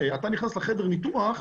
אתה נכנס לחדר ניתוח,